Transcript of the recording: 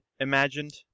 imagined